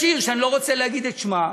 יש עיר שאני לא רוצה להגיד את שמה,